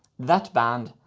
that band,